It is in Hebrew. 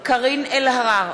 קארין אלהרר,